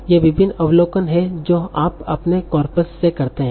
ये विभिन्न अवलोकन हैं जो आप अपने कॉर्पस से करते हैं